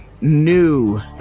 new